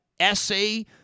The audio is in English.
essay